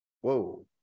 Whoa